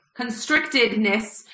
constrictedness